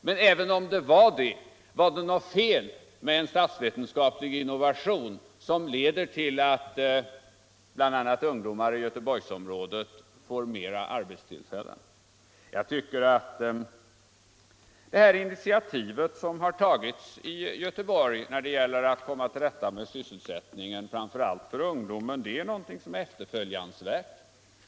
Men även om det var en sådan: Var det något fel med en statsvetenskaplig innovation, som leder till att bl.a. ungdomar i Göteborgsområdet får fler arbetstillfällen? Jag tycker att det initiativ som har tagits i Göteborg när det gäller att komma till rätta med sysselsättningen framför allt för ungdomen är någonting efterföljansvärt.